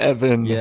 Evan